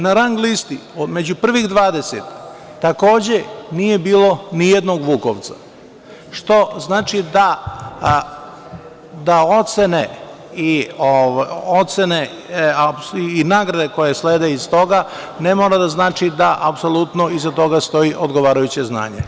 Na rang listi, među prvih 20, takođe nije bilo ni jednog Vukovca, što znači da ocene i nagrade koje slede iz toga ne mora da znači da apsolutno iza toga stoji odgovarajuće znanje.